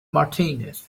martinis